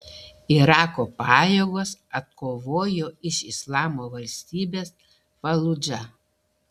irako pajėgos atkovojo iš islamo valstybės faludžą